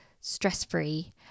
stress-free